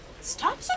Stop